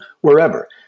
wherever